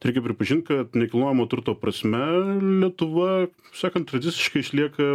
reikia pripažint kad nekilnojamo turto prasme lietuva kaip sakant tradiciškai išlieka